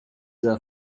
are